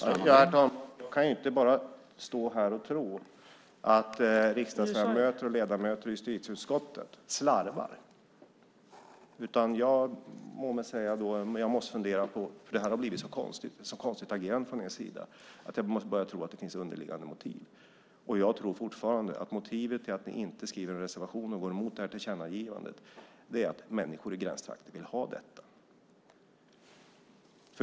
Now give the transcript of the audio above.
Herr talman! Jag kan inte bara stå här och tro att riksdagsledamöter och ledamöter i justitieutskottet slarvar. Det har blivit ett så konstigt agerande från er sida att jag måste börja tro att det finns underliggande motiv. Jag tror fortfarande att motivet till att ni inte skriver en reservation och går emot tillkännagivandet är att människor i gränstrakter vill ha detta.